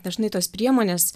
dažnai tos priemonės